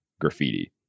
Graffiti